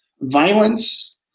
violence